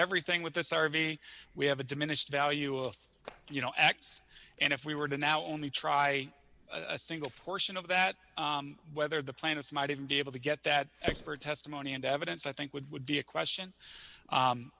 everything with the survey we have a diminished value of you know x and if we were now only try a single portion of that whether the planets might even be able to get that expert testimony and evidence i think would would be a question